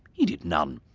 he did none.